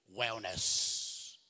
wellness